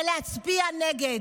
ולהצביע נגד.